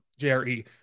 JRE